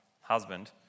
husband